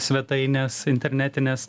svetainės internetinės